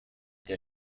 der